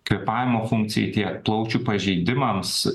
kvėpavimo funkcijai tiek plaučių pažeidimams